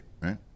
right